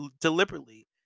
deliberately